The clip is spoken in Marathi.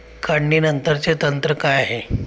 काढणीनंतरचे तंत्र काय आहे?